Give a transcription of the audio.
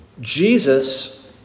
Jesus